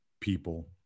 people